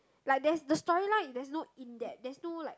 like that's the story lah is no in-depth is no like